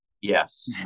Yes